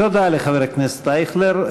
תודה לחבר הכנסת אייכלר.